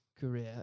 career